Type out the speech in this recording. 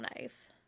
knife